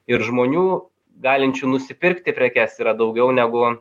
ir žmonių galinčių nusipirkti prekes yra daugiau negu